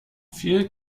phil